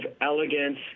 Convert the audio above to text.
elegance